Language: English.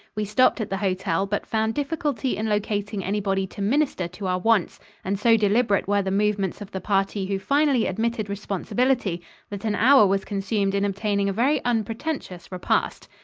we stopped at the hotel, but found difficulty in locating anybody to minister to our wants and so deliberate were the movements of the party who finally admitted responsibility that an hour was consumed in obtaining a very unpretentious repast.